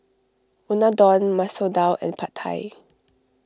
Unadon Masoor Dal and Pad Thai